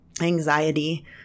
anxiety